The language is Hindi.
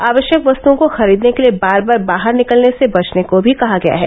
आवश्यक वस्त्ओं को खरीदने के लिए बार बार बाहर निकलने से बचने को भी कहा गया है